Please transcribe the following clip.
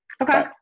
Okay